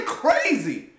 crazy